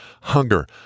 hunger